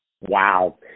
Wow